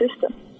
system